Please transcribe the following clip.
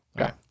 Okay